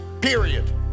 period